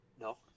No